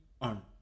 on